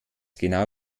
genau